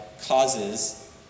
causes